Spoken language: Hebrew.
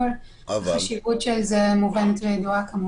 אבל אני מבהירה ומצמצמת שהמידע שיישמר ויועבר למשטרה הוא לא על כל